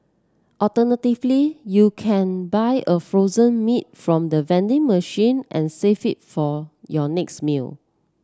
alternatively you can buy a frozen meal from the vending machine and save it for your next meal